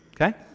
okay